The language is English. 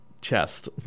chest